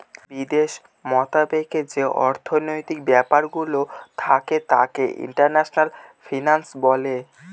বিদেশ মতাবেকে যে অর্থনৈতিক ব্যাপারগুলো থাকে তাকে ইন্টারন্যাশনাল ফিন্যান্স বলে